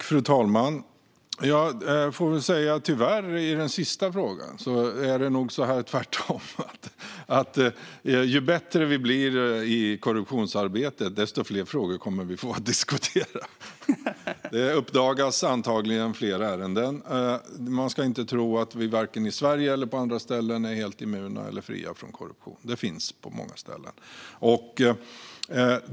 Fru talman! I den sista frågan är det nog tvärtom så - tyvärr, får jag väl säga - att ju bättre vi blir i korruptionsarbetet, desto fler frågor kommer vi att få att diskutera. Det uppdagas antagligen fler ärenden. Man ska inte tro att vi vare sig i Sverige eller på andra ställen är helt immuna mot eller fria från korruption. Det finns på många ställen.